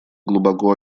глубоко